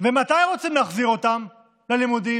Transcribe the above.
ומתי רוצים להחזיר אותם ללימודים?